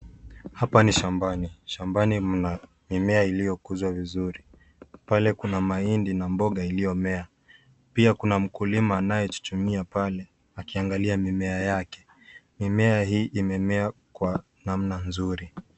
Hapa ni shambani. Shambani mna mimea iliyokuzwa vizuri. Pale kuna mahindi na mboga iliyomea . Pia kuna mkulima anaye chuchumia pale akiangalia mimea yake. Mimea hii imemea kwa namna nzuri.